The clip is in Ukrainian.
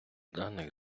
даних